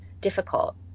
difficult